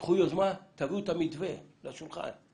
קחו יוזמה, תביאו מתווה על השולחן.